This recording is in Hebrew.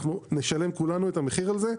כולנו נשלם את המחיר על זה.